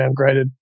downgraded